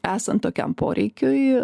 esant tokiam poreikiui